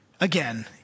again